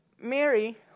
Mary